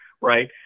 right